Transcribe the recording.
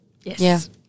Yes